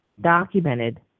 documented